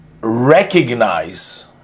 recognize